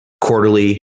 Quarterly